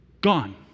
Gone